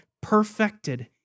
perfected